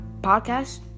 podcast